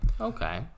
Okay